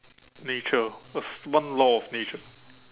nature what's one law of nature